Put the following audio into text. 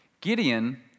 Gideon